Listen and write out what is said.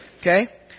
Okay